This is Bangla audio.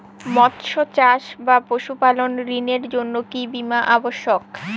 মৎস্য চাষ বা পশুপালন ঋণের জন্য কি বীমা অবশ্যক?